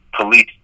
police